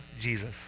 Jesus